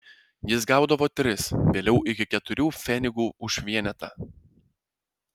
jis gaudavo tris vėliau iki keturių pfenigų už vienetą